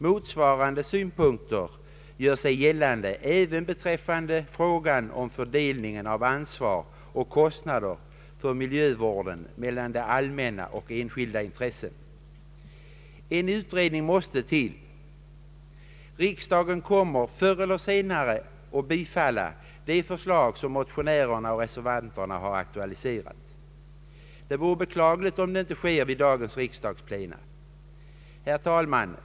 Motsvarande synpunkter gör sig gällande även beträffande frågan om fördelningen av ansvar och kostnader för miljövården mellan det allmänna och enskilda intressen. En utredning måste till. Riksdagen kommer förr eller senare att bifalla de förslag som motionärer och reservanter aktualiserar. Det vore beklagligt om det inte sker vid dagens riksdagsplena. Herr talman!